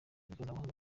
ikoranabuhanga